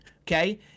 okay